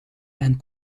and